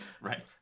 Right